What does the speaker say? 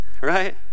right